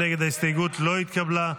ההסתייגות לא התקבלה.